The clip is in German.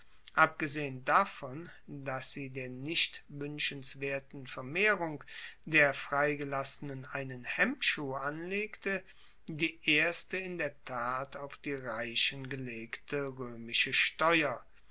abgesehen davon dass sie der nicht wuenschenswerten vermehrung der freigelassenen einen hemmschuh anlegte die erste in der tat auf die reichen gelegte roemische steuer